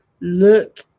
Look